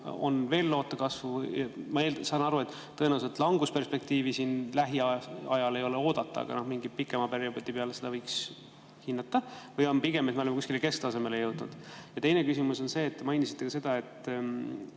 on veel loota kasvu? Ma saan aru, et tõenäoliselt langusperspektiivi siin lähiajal ei ole oodata, aga mingi pikema perioodi peale seda võiks hinnata. Või on pigem nii, et me oleme kuskile kesktasemele jõudnud? Ja teine küsimus on see: te mainisite ka seda, et